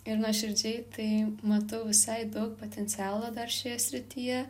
ir nuoširdžiai tai matau visai be potencialo dar šioje srityje